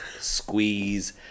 squeeze